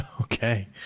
Okay